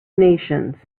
nations